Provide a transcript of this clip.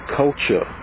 culture